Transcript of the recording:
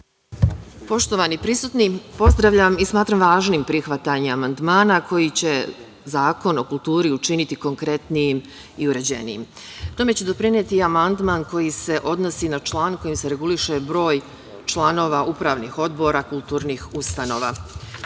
Poštovani prisutni, pozdravljam i smatram važnim prihvatanje amandmana koji će Zakon o kulturi učiniti konkretnijim i uređenijim. Tome će doprineti i amandman koji se odnosi na član kojim se reguliše broj članova upravnih odbora kutlurnih ustanova. Upravni